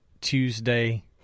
Tuesday